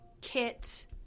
Kit